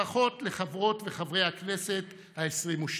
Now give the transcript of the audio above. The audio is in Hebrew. ברכות לחברות וחברי הכנסת העשרים-ושתיים.